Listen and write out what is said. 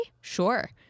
sure